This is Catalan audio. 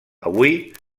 avui